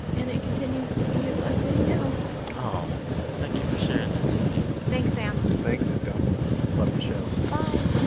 and it continues to be a blessing now aw sweet thank you for sharing that, sidney thanks, sam thanks, and god bless love the show bye